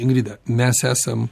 ingrida mes esam